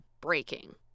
breaking